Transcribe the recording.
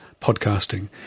podcasting